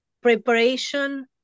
preparation